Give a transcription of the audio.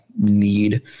need